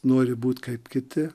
nori būtikaip kiti